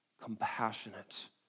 compassionate